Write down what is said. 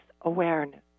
awareness